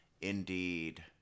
indeed